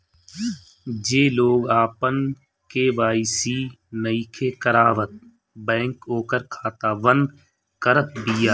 जे लोग आपन के.वाई.सी नइखे करावत बैंक ओकर खाता बंद करत बिया